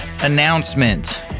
announcement